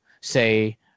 say